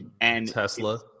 Tesla